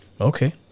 Okay